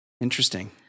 Interesting